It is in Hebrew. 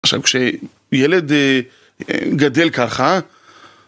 עכשיו כשילד גדל ככה